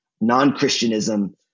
non-Christianism